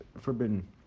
forbidden